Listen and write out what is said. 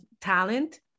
talent